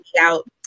out